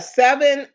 seven